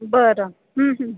बरं